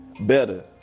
better